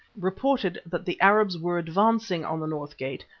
reported that the arabs were advancing on the north gate,